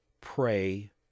pray